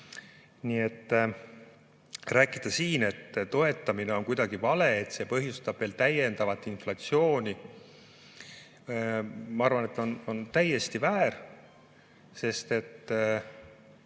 Nii et rääkida siin, et toetamine on kuidagi vale, et see põhjustab veel täiendavat inflatsiooni – ma arvan, see on täiesti väär. Veel